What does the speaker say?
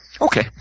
Okay